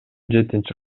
жетинчи